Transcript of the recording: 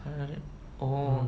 வேற யாரு:vera yaaru oh